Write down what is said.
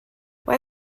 why